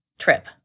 trip